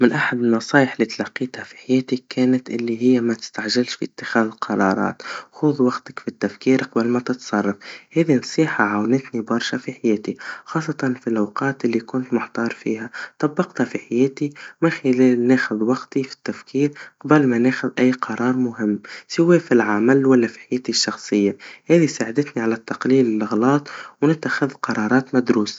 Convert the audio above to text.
من أحد النصايح اللي تلقيتها في حياتي, كانت اللي هيا متستعجلش باتخاذ قرارات, خذ وقتك بالتفكير قبل ما تتصرف, هذي نصيحا عاونتني برشا ف حياتي, خاصة فالأوقات اللي كنت محتار فيها, طبقتها في حياتي, من خلال إن آخذ وقتيفي التفكير قبل ما ناخد أي قرار مهم, سوا في العمل ولا ف حياتي الشخصيا, هذي ساعدتني على التقليل الاغلاط, ونتخذ قرارات مدروسا.